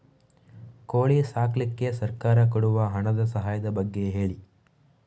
ಕೋಳಿ ಸಾಕ್ಲಿಕ್ಕೆ ಸರ್ಕಾರ ಕೊಡುವ ಹಣದ ಸಹಾಯದ ಬಗ್ಗೆ ಹೇಳಿ